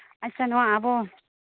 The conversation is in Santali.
ᱟᱪᱪᱷᱟ ᱱᱚᱣᱟ ᱟᱵᱚ